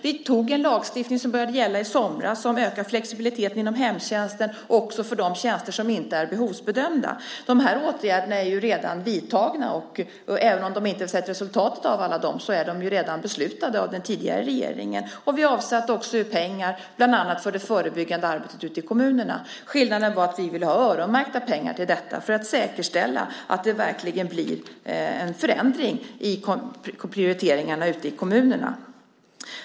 Vi antog en lagstiftning som började gälla i somras om ökad flexibilitet inom hemtjänsten också för de tjänster som inte är behovsbedömda. De här åtgärderna är ju redan vidtagna. Och även om vi inte har sett resultaten av alla dem, är de ju redan beslutade av den tidigare regeringen. Vi avsatte också pengar, bland annat för det förebyggande arbetet ute i kommunerna. Skillnaden var att vi ville ha öronmärkta pengar till detta för att säkerställa att det verkligen blir en förändring i prioriteringarna ute i kommunerna.